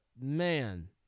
man